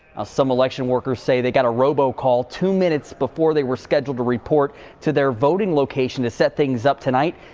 ah some election workers say they got a robo call two minutes before they were scheduled to report to their voting location to set things up tonight.